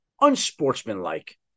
unsportsmanlike